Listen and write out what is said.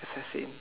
assassin